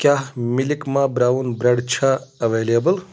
کیٛاہ مِلکما brown bread چھےٚ ایویلیبل